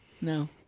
No